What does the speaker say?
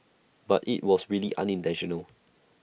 but IT was really unintentional